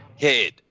head